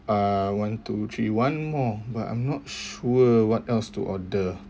uh one two three one more but I'm not sure what else to order